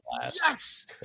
yes